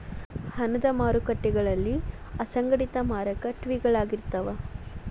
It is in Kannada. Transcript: ಹಣದ ಮಾರಕಟ್ಟಿಗಳ ಅಸಂಘಟಿತ ಮಾರಕಟ್ಟಿಗಳಾಗಿರ್ತಾವ